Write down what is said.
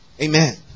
Amen